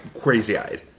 crazy-eyed